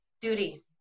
duty